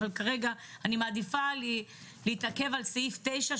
אבל כרגע אני מעדיפה להתעכב על סעיף 9,